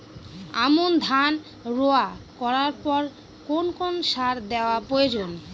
আমন ধান রোয়া করার পর কোন কোন সার দেওয়া প্রয়োজন?